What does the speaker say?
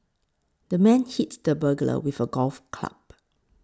the man hit the burglar with a golf club